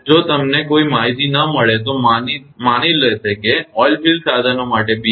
જો તમને કોઈ માહિતી ન મળે તો તેઓ માની લેશે કે ઓઇલફિલ્ડ સાધનો માટે બી